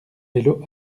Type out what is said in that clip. vélo